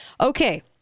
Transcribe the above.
Okay